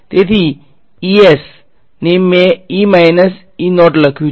તેથી ને મેં લખ્યું છે